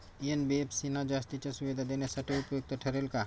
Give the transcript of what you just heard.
NBFC ना जास्तीच्या सुविधा देण्यासाठी उपयुक्त ठरेल का?